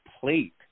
plate